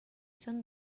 són